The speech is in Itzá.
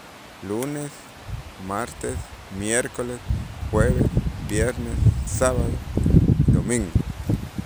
Lunes, martes, miércoles, jueves, viernes, sábado y domingo.